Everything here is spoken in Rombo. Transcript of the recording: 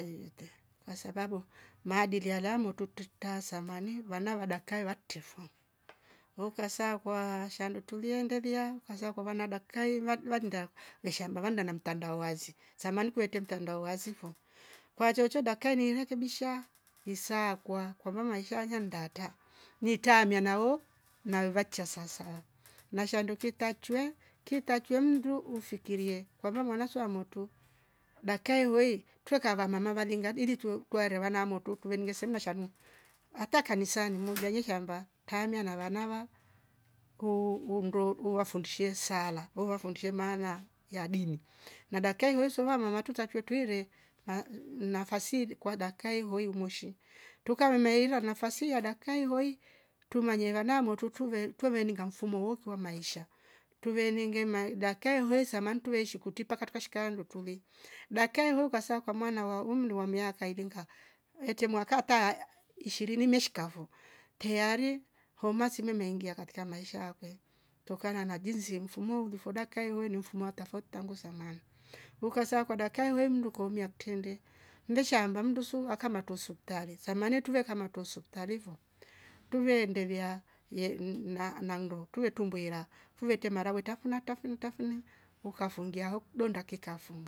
Kweiwete kwasababu maadali ya la motu tutishta samani vwana wa dakka ilwaktefo ukasakwa shandu tulie ndelia kwanza kwa vana daka ehh vaj- vajunda mesha navanda na mtandawazi samani kwete mtandawazi fo kwa chocho dakai ni ilekebisha nisakwa kwa mama ishaja mndata nitaa miana ho na weva kcha sasa na shandu kitar chwe kitachwe mndu ufikirie kwa va mwana swamortu dka iwei tweka vamana valinga dilitou tuwaerwana wana motu tueninge semla shamlo ata kanisani modha ye shamba tamia na wanawa uuh umngo uwafundishe sala uwafundishe maana ya dini na dakka iyoi soma mamatu tatwetwile na mhh nafasile kwa dkka ivio moshi tukaumeila nafasi ya dkka ihoi tumanyeva na mortutuve tuveninga ngafumo woo kiwa maisha tuveninge ma dakka ivoie samantu weishikuti mpaka tukashika hangoo ngotule dakka vo kwasau kwa mwana wa umri wa miaka ininga wete mwaka ta aaii ishirni mmeshika vo teari homa sime mmeingia katika maisha kwe tokana na jinsi mfunuo ulivo daka iwoni ni mfumo wa tafouti tangu zamani. hukosako dakka iwendu koomia ktili mesha aamba mndu su akamatusutane samani ya tuvekama tusukutanivo tuveendelia ye mmh mna nango tuwe tumbwera tuwe temara we tafuna tafaun tafuna ukafungia ho donda kikafum.